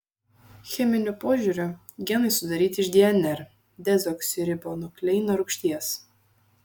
cheminiu požiūriu genai sudaryti iš dnr dezoksiribonukleino rūgšties